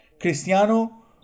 Cristiano